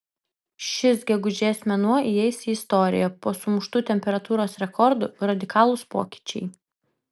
šis gegužės mėnuo įeis į istoriją po sumuštų temperatūros rekordų radikalūs pokyčiai